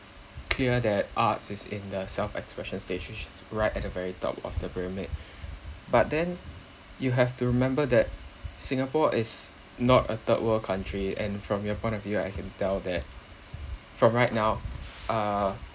clear that arts is in the self expression stage which is right at the very top of the pyramid but then you have to remember that singapore is not a third world country and from your point of view I can tell that from right now uh